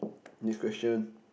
next question